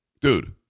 Dude